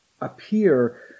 appear